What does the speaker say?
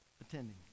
attending